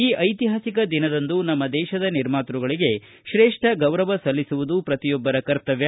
ಈ ಐತಿಹಾಸಿಕ ದಿನದಂದು ನಮ್ನ ದೇಶದ ನಿರ್ಮಾತ್ಯಗಳಿಗೆ ಶ್ರೇಷ್ಠ ಗೌರವ ಸಲ್ಲಿಸುವುದು ಪ್ರತಿಯೊಬ್ಬರ ಕರ್ತವ್ಯ